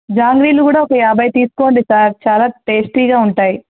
జాంగ్రీలు కూడా ఒక యాభై తీసుకోండి సార్ చాలా టేస్టీగా ఉంటాయి